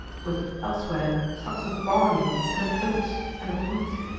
with, elsewhere, stocks of barley, and of oats, and of wheat.